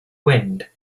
wind